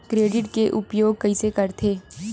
Credit के उपयोग कइसे करथे?